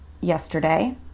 yesterday